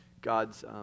God's